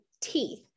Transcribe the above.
teeth